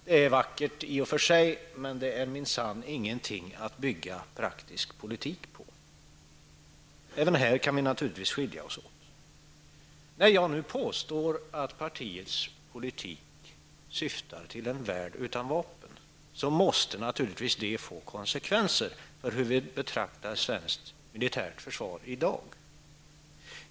Det är vackert i och för sig, men det är minsann inte någonting att bygga praktisk politik på. Även här kan vi skilja oss åt. När jag nu påstår att vänsterpartiets politik syftar till en värld utan vapen, måste det naturligtvis få konsekvenser för hur vi betraktar svenskt militärt försvar i dag.